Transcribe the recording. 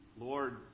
Lord